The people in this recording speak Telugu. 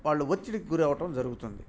వాళ్ళు ఒత్తిడికి గురవటం జరుగుతుంది